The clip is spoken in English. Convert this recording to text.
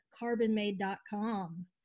CarbonMade.com